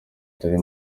atari